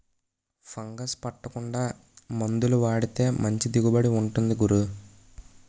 fungus పట్టకుండా మందులు వాడితే మంచి దిగుబడి ఉంటుంది గురూ